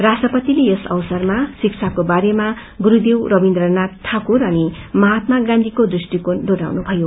राष्ट्रपतिले यस अवसरमा शिक्षाको बारेमा गुरुदेव रविन्द्रनाथ ठाकुर अनि महात्मा गाँधीको दृष्टिकोण दोहोरयाउनुभयो